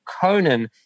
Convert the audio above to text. Conan